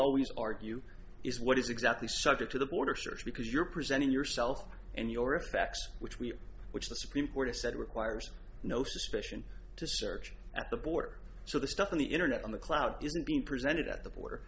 always argue is what is exactly subject to the border search because you're presenting yourself and your effects which we have which the supreme court has said requires no suspicion to search at the border so the stuff on the internet on the cloud isn't being presented at the border